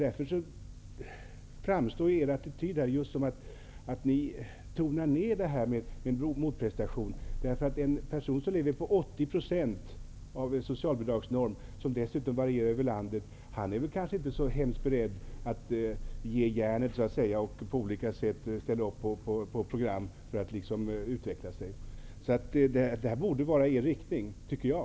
Därför framstår er attityd som att ni tonar ned motprestationen. En person som lever på 80 % av socialbidragsnormen, vilken dessutom varierar över landet, kanske inte är så särskilt motiverad att så att säga ge järnet och att på olika sätt ställa upp på program för att utveckla sig. Detta förslag borde alltså gå i er riktning.